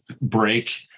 break